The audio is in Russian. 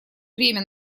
время